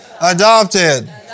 adopted